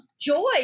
joy